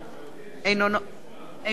אינו נוכח